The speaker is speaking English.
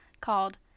called